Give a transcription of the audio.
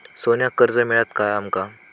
सोन्याक कर्ज मिळात काय आमका?